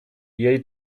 jej